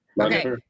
Okay